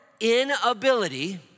inability